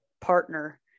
partner